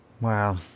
Wow